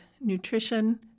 nutrition